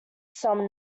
some